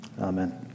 Amen